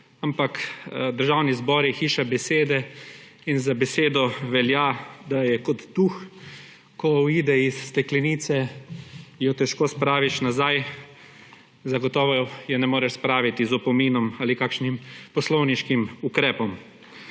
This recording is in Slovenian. ampak Državni zbor je hiša besede in za besedo velja, da je kot duh, ko uide iz steklenice, jo težko spraviš nazaj. Zagotovo je ne moreš spraviti z opominom ali kakšnim poslovniškim ukrepom.